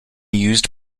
used